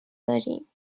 داریم